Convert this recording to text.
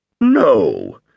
No